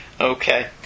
Okay